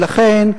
ולכן,